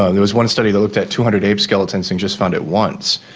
there was one study that looked at two hundred ape skeletons and just found it once.